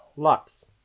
Lux